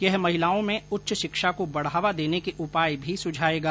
यह महिलाओं में उच्च शिक्षा को बढ़ावा देने के उपाय भी सुझाएगा